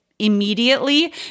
immediately